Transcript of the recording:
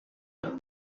same